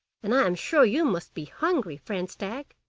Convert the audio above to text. and i am sure you must be hungry, friend stag?